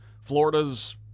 Florida's